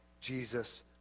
Jesus